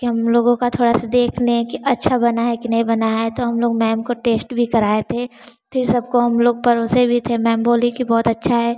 कि हम लोगों का थोड़ा सा देख लें कि अच्छा बना है कि नहीं बना है तो हम लोग मैम को टेस्ट भी कराए थे फिर सबको हम लोग परोसे भी थे मैम बोलीं की बहुत अच्छा है